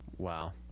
wow